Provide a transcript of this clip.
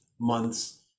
months